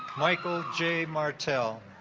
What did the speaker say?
michael j martell